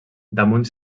damunt